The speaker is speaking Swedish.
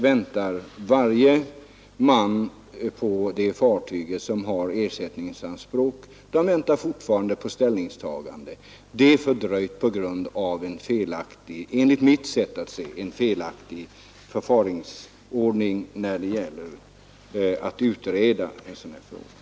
Varje man på det fartyget som har ersättningsanspråk väntar fortfarande på ställningstagandet till dessa. Det har fördröjts på grund av en enligt mitt sätt att se felaktigt förfarande när det gäller att utreda sådana här ärenden.